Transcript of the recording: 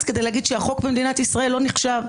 כדי לומר שהחוק במדינת ישראל לא נחשב,